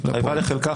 התחייבה לחלקה,